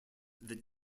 that